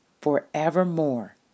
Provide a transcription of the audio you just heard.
forevermore